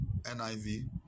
NIV